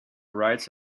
writes